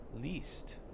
least